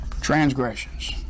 transgressions